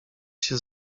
się